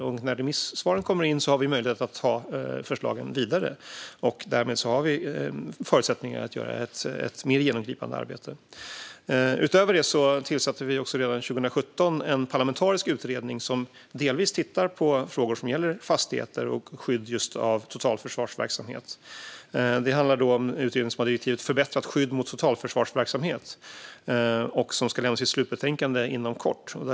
När remissvaren kommer in får vi möjlighet att ta förslagen vidare. Därmed har vi förutsättningar för att göra ett mer genomgripande arbete. Utöver det tillsatte vi redan 2017 en parlamentarisk kommitté som delvis tittar på frågor som gäller fastigheter och skydd av just totalförsvarsverksamhet. Kommittén som utreder förbättrat skydd för totalförsvarsverksamhet ska lämna sitt slutbetänkande inom kort.